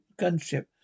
gunship